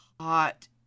hot